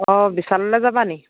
অ' বিশাললৈ যাবা নেকি